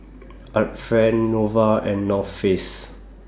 Art Friend Nova and North Face